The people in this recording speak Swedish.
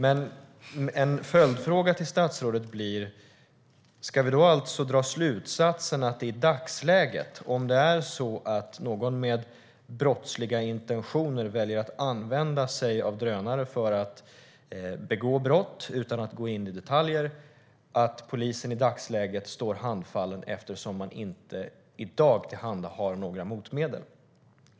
En följdfråga till statsrådet blir: Ska vi då alltså dra slutsatsen att polisen i dagsläget står handfallen om någon med brottsliga intentioner väljer att använda sig av drönare för att begå brott - vi behöver inte gå in på detaljer om hur - eftersom man inte i dag har några motmedel?